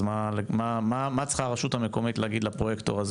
מה צריכה הרשות המקומית להגיד לפרויקטור הזה